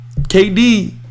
KD